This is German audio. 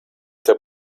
der